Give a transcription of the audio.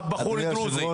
בחור דרוזי.